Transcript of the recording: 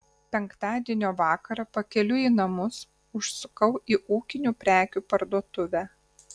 penktadienio vakarą pakeliui į namus užsukau į ūkinių prekių parduotuvę